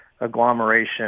agglomeration